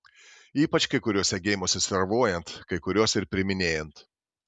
ypač kai kuriuose geimuose servuojant kai kuriuos ir priiminėjant